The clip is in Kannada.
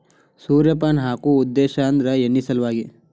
ಸೂರ್ಯಪಾನ ಹಾಕು ಉದ್ದೇಶ ಅಂದ್ರ ಎಣ್ಣಿ ಸಲವಾಗಿ